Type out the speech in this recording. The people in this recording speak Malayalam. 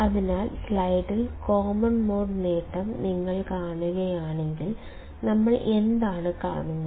അതിനാൽ സ്ലൈഡിൽ കോമൺ മോഡ് നേട്ടം നിങ്ങൾ കാണുകയാണെങ്കിൽ നമ്മൾ എന്താണ് കാണുന്നത്